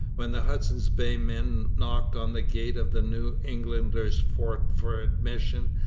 when the hudson's bay men knocked on the gate of the new englanders' fort for admission,